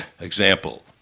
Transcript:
example